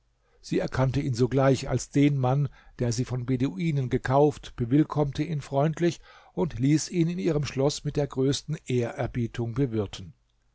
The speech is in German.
sie erkannte ihn sogleich als den mann der sie von beduinen gekauft bewilikommte ihn freundlich und ließ ihn in ihrem schloß mit der größten ehrerbietung bewirten